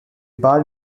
bar